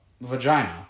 vagina